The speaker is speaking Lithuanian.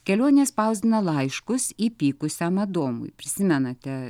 kelionės spausdino laiškus įpykusiam adomui prisimenate